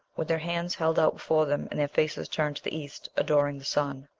with their hands held out before them and their faces turned to the east, adoring the sun.